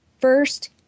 first